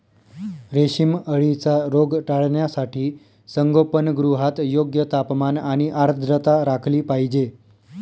रेशीम अळीचा रोग टाळण्यासाठी संगोपनगृहात योग्य तापमान आणि आर्द्रता राखली पाहिजे